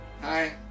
Hi